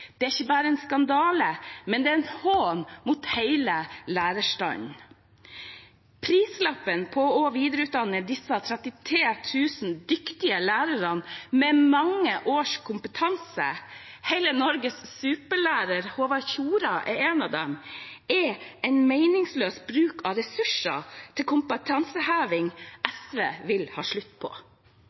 gjort, er ikke bare en skandale, men en hån mot hele lærerstanden. Prislappen på å videreutdanne disse 33 000 dyktige lærerne med mange års kompetanse – hele Norges superlærer Håvard Tjora er én av dem – er en meningsløs bruk av ressurser til kompetanseheving som SV vil ha slutt på.